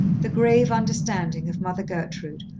the grave understanding of mother gertrude,